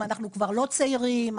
כבר לא צעירים,